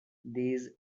these